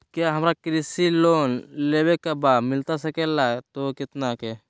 क्या हमारा कृषि लोन लेवे का बा मिलता सके ला तो कितना के?